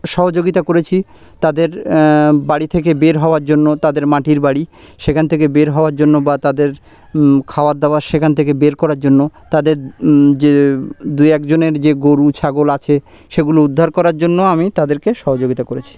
সহযোগিতা করেছি তাদের বাড়ি থেকে বের হওয়ার জন্য তাদের মাটির বাড়ি সেখান থেকে বের হওয়ার জন্য বা তাদের খাবার দাবার সেখান থেকে বের করার জন্য তাদের যে দুই একজনের যে গরু ছাগল আছে সেগুলো উদ্ধার করার জন্য আমি তাদেরকে সহযোগিতা করেছি